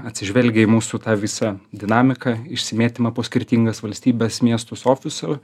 atsižvelgę į mūsų tą visą dinamiką išsimėtymą po skirtingas valstybes miestus ofisu